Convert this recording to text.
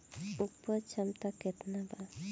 उपज क्षमता केतना वा?